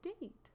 date